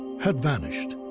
had vanished,